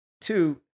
Two